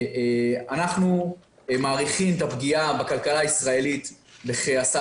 אנחנו מעריכים את הפגיעה בכלכלה הישראלית בכ-10